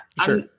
sure